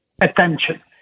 attention